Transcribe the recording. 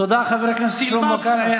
תודה לחבר הכנסת קריב.